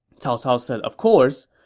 cao cao said of course,